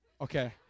Okay